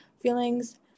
feelings